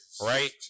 right